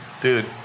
dude